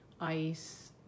ice